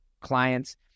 clients